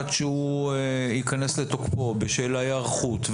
עד שהוא ייכנס לתוקפו בשל ההיערכות,